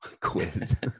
quiz